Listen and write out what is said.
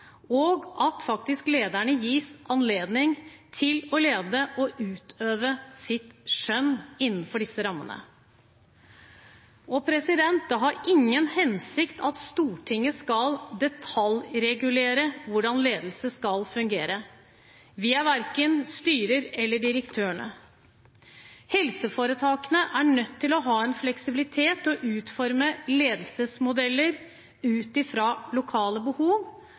og for at lederne faktisk gis anledning til å lede og utøve sitt skjønn innenfor disse rammene. Det har ingen hensikt at Stortinget skal detaljregulere hvordan ledelse skal fungere. Vi er verken styrer eller direktører. Helseforetakene er nødt til å ha en fleksibilitet til å utforme ledelsesmodeller ut fra lokale behov,